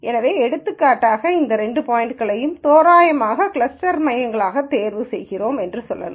எனவே எடுத்துக்காட்டாக இரண்டு பாய்ன்ட்களை தோராயமாக கிளஸ்டர் மையங்களாகத் தேர்வு செய்கிறோம் என்று சொல்லலாம்